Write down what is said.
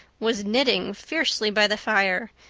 was knitting fiercely by the fire,